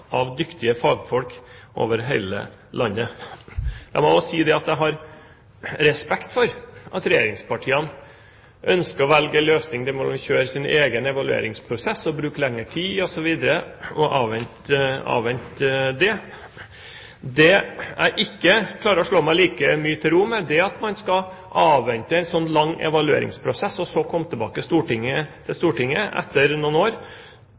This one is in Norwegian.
av dyktige fagfolk over hele landet. La meg også si at jeg har respekt for at regjeringspartiene ønsker en løsning der man vil kjøre sin egen evalueringsprosess, man vil bruke lenger tid osv. og avvente den. Det jeg ikke klarer å slå meg like mye til ro med, er at man skal avvente en sånn lang evalueringsprosess og så komme tilbake til Stortinget etter noen år,